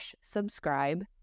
subscribe